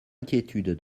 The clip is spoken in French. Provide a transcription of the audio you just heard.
inquiétude